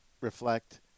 reflect